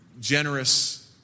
generous